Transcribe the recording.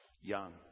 Young